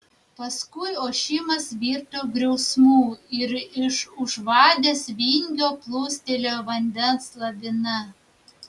paskui ošimas virto griausmu ir iš už vadės vingio plūstelėjo vandens lavina